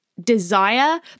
desire